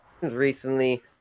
recently